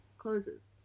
closes